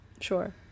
Sure